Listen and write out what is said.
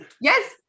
yes